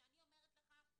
ואני אומרת לך,